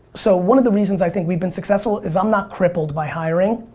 so one of the reason's i think we've been successful is i'm not crippled by hiring.